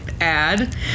ad